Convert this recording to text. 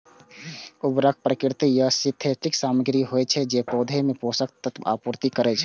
उर्वरक प्राकृतिक या सिंथेटिक सामग्री होइ छै, जे पौधा मे पोषक तत्वक आपूर्ति करै छै